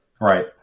Right